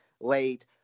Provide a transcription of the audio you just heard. late